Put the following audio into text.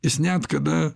jis net kada